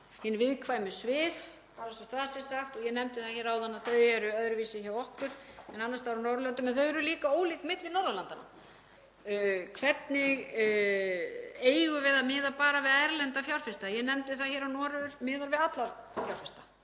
hin viðkvæmu svið, bara svo að það sé sagt. Ég nefndi það hér áðan að þau eru öðruvísi hjá okkur en annars staðar á Norðurlöndum en þau eru líka ólík milli Norðurlandanna. Eigum við að miða bara við erlenda fjárfesta? Ég nefndi það hér að Noregur miðar við alla fjárfesta